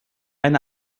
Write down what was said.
eine